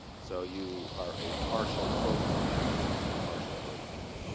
so you are a partial proponent and partial opponent.